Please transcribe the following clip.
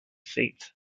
faith